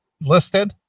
listed